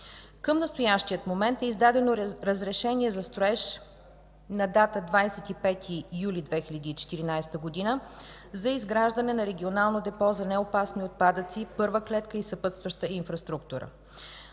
Към настоящия момент е издадено разрешение за строеж с дата 25 юли 2014 г. за изграждане на регионално депо за неопасни отпадъци, първа клетка и съпътстваща инфраструктура.